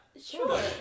sure